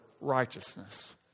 righteousness